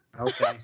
Okay